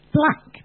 black